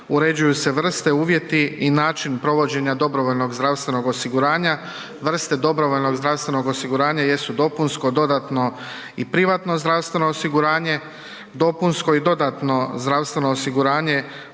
uređuju se vrste, uvjeti i način provođenja dobrovoljnog zdravstvenog osiguranja. Vrste dobrovoljnog zdravstvenog osiguranja jesu dopunsko, dodatno i privatno zdravstveno osiguranje. Dopunsko i dodatno zdravstveno osiguranje